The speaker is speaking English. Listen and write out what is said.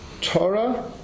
Torah